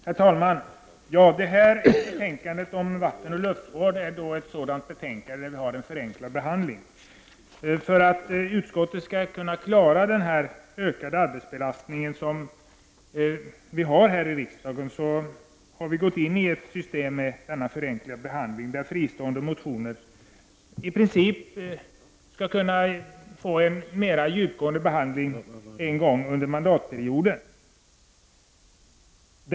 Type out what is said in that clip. Herr talman! Detta betänkande om vatten och luftvård är ett betänkande som har varit föremål för förenklad behandling. För att utskottet skall kunna klara den ökade arbetsbelastningen i riksdagen har vi infört ett system med denna förenklade behandling, som innebär att fristående motioner i princip skall kunna få en mer djupgående behandling en gång per mandatperiod.